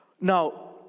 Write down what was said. Now